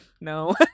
No